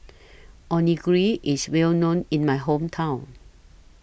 Onigiri IS Well known in My Hometown